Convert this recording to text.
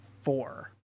four